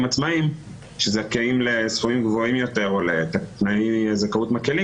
עצמאיים שזכאים לסכומים גבוהים יותר או לתנאי זכאות מקלים